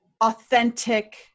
authentic